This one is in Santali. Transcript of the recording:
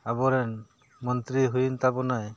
ᱟᱵᱚᱨᱮᱱ ᱢᱚᱱᱛᱨᱤ ᱦᱩᱭᱮᱱ ᱛᱟᱵᱚᱱᱟᱭ